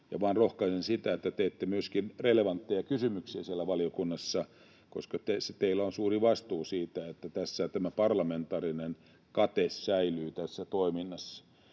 rohkaisen sitä, että teette myöskin relevantteja kysymyksiä valiokunnassa, koska teillä on suuri vastuu siitä, että tämä parlamentaarinen kate säilyy tässä toiminnassa.